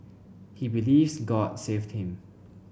he believes god saved him